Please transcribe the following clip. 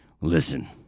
listen